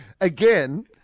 Again